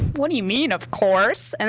what do you mean of course? and